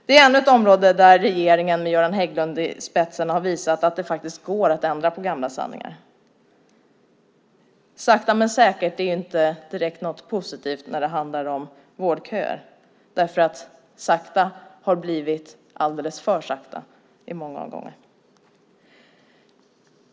Det är ännu ett område där regeringen med Göran Hägglund i spetsen har visat att det går att ändra på gamla sanningar. Sakta men säkert är inte precis något positivt när det handlar om vårdköer. Sakta har många gånger blivit alldeles för sakta.